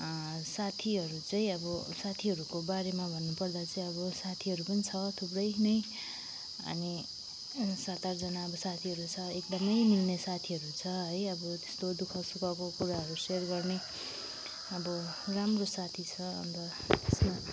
साथीहरू चाहिँ अब साथीहरूकोबारेमा भन्नपर्दा चाहिँ अब साथीहरू पनि छ थुप्रै नै अनि सात आठजना अब साथीहरू छ एकदमै मिल्ने साथीहरू छ है अब त्यस्तो दुःख सुखको कुराहरू सेयर गर्ने अब राम्रो साथी छ अन्त त्यसमा